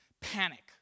Panic